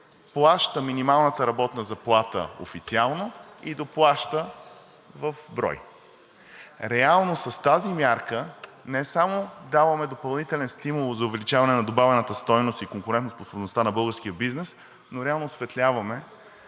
плаща минималната работна заплата официално и доплаща в брой. С тази мярка не само даваме допълнителен стимул за увеличаване на добавената стойност и конкурентоспособността на българския бизнес, но реално осветляваме